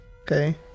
Okay